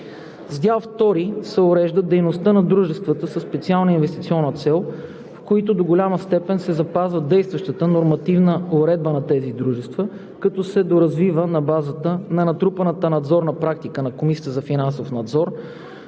С дял втори се урежда дейността на дружествата със специална инвестиционна цел, в който до голяма степен се запазва действащата нормативна уредба на тези дружества, като се доразвива на базата на натрупаната надзорна практика на Комисията за финансов надзор